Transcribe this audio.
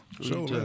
Sure